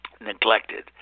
neglected